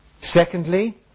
Secondly